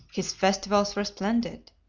his festivals were splendid.